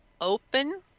open